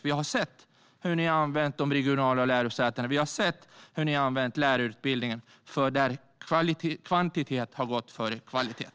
Vi har sett hur ni har använt de regionala lärosätena. Vi har sett hur ni har använt lärarutbildningen. Kvantitet har gått före kvalitet.